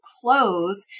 close